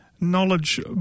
knowledge